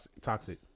toxic